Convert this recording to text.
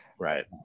Right